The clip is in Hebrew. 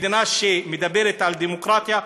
מדינה שמדברת על דמוקרטיה,